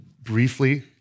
briefly